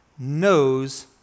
Knows